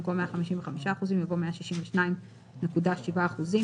במקום "155%" יבוא "162.7%".